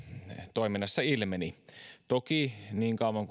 toiminnassa ilmenivät toki niin kauan